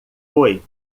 foi